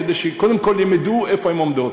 כדי שקודם כול הן ידעו איפה הן עומדות.